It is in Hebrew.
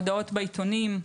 הודעות בעיתונים.